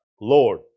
Lord